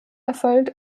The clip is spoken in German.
erfolgt